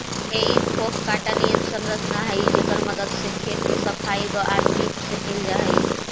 हेइ fork काँटा निअन संरचना हई जेकर मदद से खेत के सफाई वआदमी से कैल जा हई